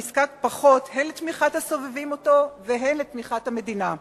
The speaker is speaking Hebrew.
הנזקק פחות הן לתמיכת הסובבים אותו והן לתמיכת המדינה.